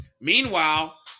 Meanwhile